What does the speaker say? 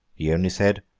he only said,